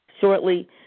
shortly